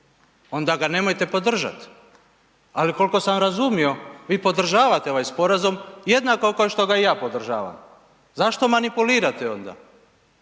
onda ga nemojte podržat. Ali, koliko sam razumio, vi podržavate ovaj sporazum jednako kao što ga i ja podržavam. Zašto manipulirate onda?